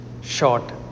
short